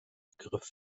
begriff